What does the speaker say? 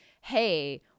Hey